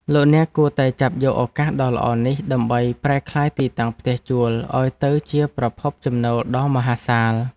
លោកអ្នកគួរតែចាប់យកឱកាសដ៏ល្អនេះដើម្បីប្រែក្លាយទីតាំងផ្ទះជួលឱ្យទៅជាប្រភពចំណូលដ៏មហាសាល។